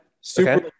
Super